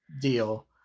deal